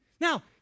Now